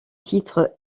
titre